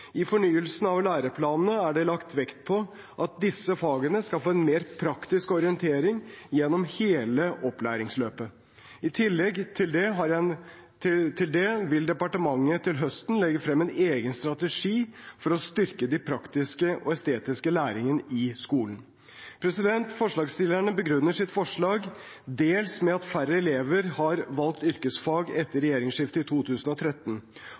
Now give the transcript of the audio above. I fornyelsen av læreplanene er det lagt vekt på at disse fagene skal få en mer praktisk orientering gjennom hele opplæringsløpet. I tillegg til det vil departementet til høsten legge frem en egen strategi for å styrke den praktiske og estetiske læringen i skolen. Forslagsstillerne begrunner sitt forslag dels med at færre elever har valgt yrkesfag etter regjeringsskiftet i 2013.